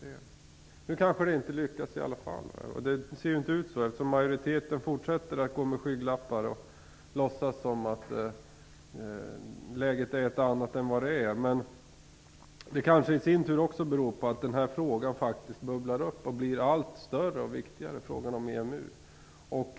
Nu lyckas det kanske ändå inte. Det ser ut så, eftersom majoriteten fortsätter att gå med skygglappar och låtsas som om läget är ett annat än det är. Men det beror kanske i sin tur på att EMU-frågan faktiskt blir allt större och viktigare.